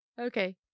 Okay